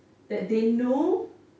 that they know